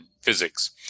physics